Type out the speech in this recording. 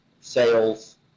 sales